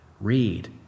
Read